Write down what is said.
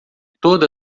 toda